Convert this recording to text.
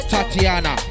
Tatiana